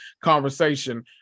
conversation